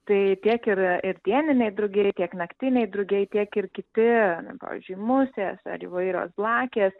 tai tiek ir ir dieniniai drugiai tiek naktiniai drugiai tiek ir kiti pavyzdžiui musės ar įvairios blakės